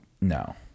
No